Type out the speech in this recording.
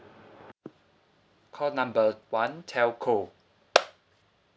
call number one telco